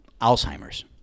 Alzheimer's